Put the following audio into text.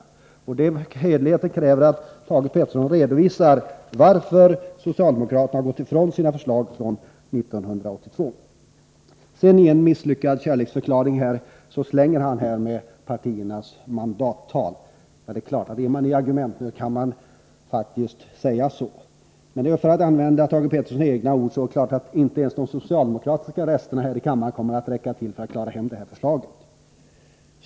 Hederligheten kräver att Thage Peterson redovisar varför socialdemokraterna har gått ifrån sina förslag från 1982. I samband med en misslyckad kärleksförklaring till folkpartiet slänger Thage Peterson fram en hänvisning till partiernas mandatantal. Naturligtvis kan man göra det om man är i argumentnöd. Men, för att använda Thage Petersons egna ord, inte ens de socialdemokratiska resterna här i kammaren kommer att räcka till för att rädda det här förslaget.